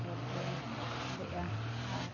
ᱞᱟᱹᱲᱦᱟᱹᱭ ᱞᱮᱜᱼᱟ ᱟᱨ